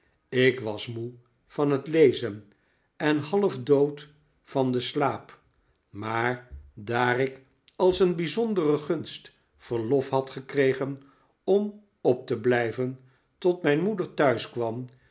ik was moe van het lezen en half dood van den slaap maar daar ik als een bijzondere gunst verlof had gekregen om op te blijven tot mijn moeder